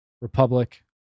republic